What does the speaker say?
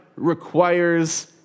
requires